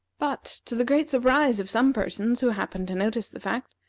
but, to the great surprise of some persons who happened to notice the fact,